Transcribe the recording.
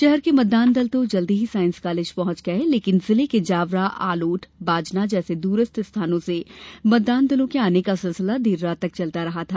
शहर के मतदान दल तो जल्दी ही साईस कालेज पहुंच गए लेकिन जिले के जावरा आलोट बाजना जैसे दूरस्थ स्थानों से मतदान दलों के आने का सिलसिला देर रात तक चल रहा था